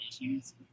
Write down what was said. issues